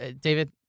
David